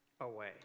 away